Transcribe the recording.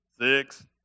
six